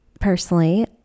personally